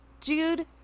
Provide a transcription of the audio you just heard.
Jude